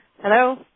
hello